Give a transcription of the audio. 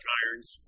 irons